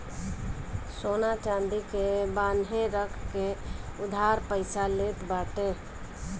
सोना चांदी के बान्हे रख के उधार पईसा लेत बाटे